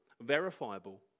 verifiable